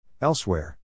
Elsewhere